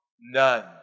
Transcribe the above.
none